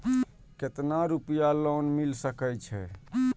केतना रूपया लोन मिल सके छै?